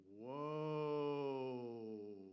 Whoa